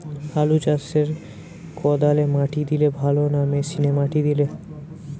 আলু চাষে কদালে মাটি দিলে ভালো না মেশিনে মাটি দিলে?